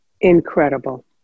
Incredible